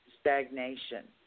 stagnation